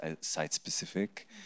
site-specific